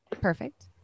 Perfect